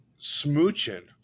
smooching